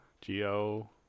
G-O